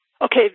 Okay